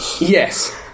yes